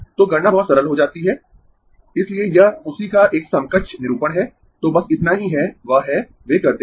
तो गणना बहुत सरल हो जाती है इसलिए यह उसी का एक समकक्ष निरूपण है तो बस इतना ही है वह है वे करते है